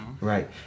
Right